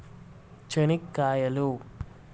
చెనిక్కాయలు